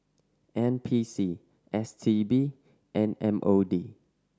N P C S T B and M O D